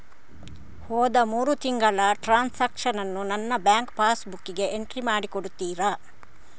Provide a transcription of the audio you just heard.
ಹೋದ ಮೂರು ತಿಂಗಳ ಟ್ರಾನ್ಸಾಕ್ಷನನ್ನು ನನ್ನ ಬ್ಯಾಂಕ್ ಪಾಸ್ ಬುಕ್ಕಿಗೆ ಎಂಟ್ರಿ ಮಾಡಿ ಕೊಡುತ್ತೀರಾ?